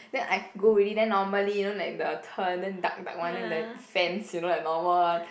then I go already then normally you know like the turn then dark dark one then the fence you know the normal one